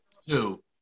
Two